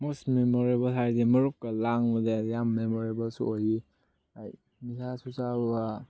most memorable ꯍꯥꯏꯗꯤ ꯃꯔꯨꯞꯀ ꯂꯥꯡꯕꯗꯤ ꯌꯥꯝ ꯃꯦꯃꯣꯔꯦꯕꯜꯁꯨ ꯑꯣꯏꯌꯦ ꯂꯥꯏꯛ ꯅꯤꯁꯥꯁꯨ ꯆꯥꯕ